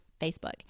Facebook